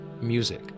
music